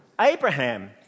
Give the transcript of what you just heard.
Abraham